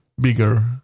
bigger